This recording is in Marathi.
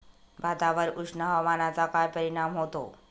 भातावर उष्ण हवामानाचा काय परिणाम होतो?